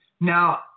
Now